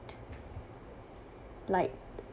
like